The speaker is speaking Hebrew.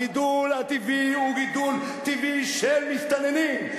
הגידול הטבעי הוא גידול טבעי של מסתננים,